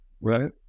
Right